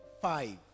five